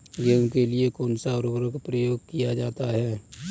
गेहूँ के लिए कौनसा उर्वरक प्रयोग किया जाता है?